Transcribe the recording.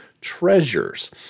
Treasures